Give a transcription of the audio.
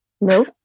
No